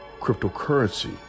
cryptocurrency